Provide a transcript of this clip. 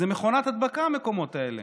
זו מכונת הדבקה, המקומות האלה.